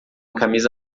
camisa